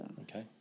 Okay